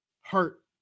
hurt